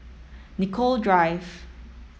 Nicoll Drive